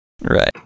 Right